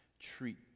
treat